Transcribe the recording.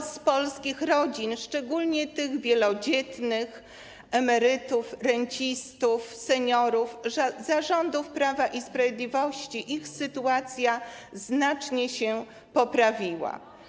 Los polskich rodzin, szczególnie tych wielodzietnych, emerytów, rencistów, seniorów - za rządów Prawa i Sprawiedliwości ich sytuacja znacznie się poprawiła.